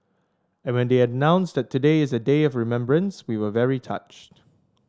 and when they announced that today is a day of remembrance we were very touched